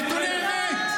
איפה?